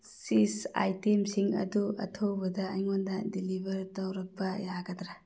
ꯆꯤꯁ ꯑꯥꯏꯇꯦꯝꯁꯤꯡ ꯑꯗꯨ ꯑꯊꯨꯕꯗ ꯑꯩꯉꯣꯟꯗ ꯗꯤꯂꯤꯚꯔ ꯇꯧꯔꯛꯄ ꯌꯥꯒꯗ꯭ꯔꯥ